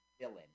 villain